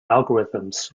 algorithms